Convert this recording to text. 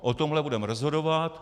O tomhle budeme rozhodovat.